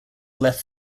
left